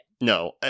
No